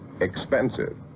Expensive